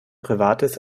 privates